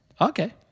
Okay